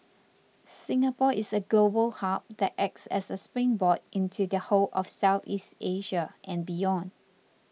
Singapore is a global hub that acts as a springboard into the whole of Southeast Asia and beyond